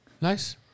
Nice